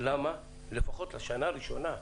למה לפחות לשנה הראשונה,